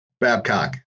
Babcock